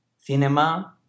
cinema